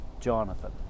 Jonathan